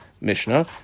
Mishnah